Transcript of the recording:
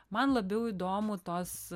man labiau įdomu tos